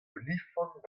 olifant